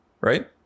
right